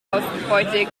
ausbeute